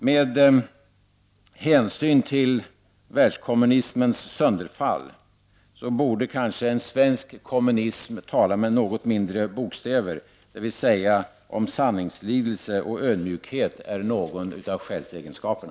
Med hänsyn till världskommunismens sönderfall borde kanske en svensk kommunism tala med något mindre bokstäver, dvs. om sanningslidelse och ödmjukhet hör till själsegenskaperna.